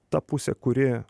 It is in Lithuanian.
ta pusė kuri